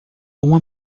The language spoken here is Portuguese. uma